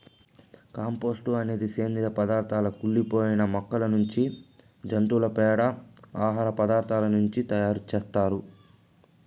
compost అనేది సేంద్రీయ పదార్థాల కుళ్ళి పోయిన మొక్కల నుంచి, జంతువుల పేడ, ఆహార పదార్థాల నుంచి తయారు చేత్తారు